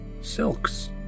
silks